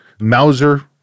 Mauser